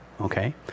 okay